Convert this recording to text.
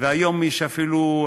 והיום יש אפילו,